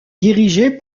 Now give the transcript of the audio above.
dirigé